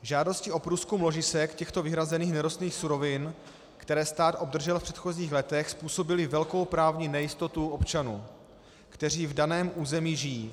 Žádosti o průzkum ložisek těchto vyhrazených nerostných surovin, které stát obdržel v předchozích letech, způsobily velkou právní nejistotu občanů, kteří v daném území žijí.